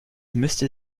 müsste